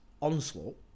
onslaught